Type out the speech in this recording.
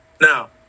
Now